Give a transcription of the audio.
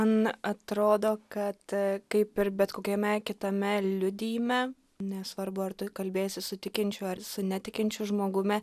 man atrodo kad kaip ir bet kokiame kitame liudijime nesvarbu ar tu kalbėsi su tikinčiu ar su netikinčiu žmogumi